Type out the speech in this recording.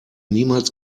niemals